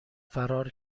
فرار